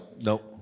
Nope